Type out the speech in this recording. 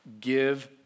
Give